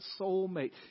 soulmate